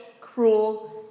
cruel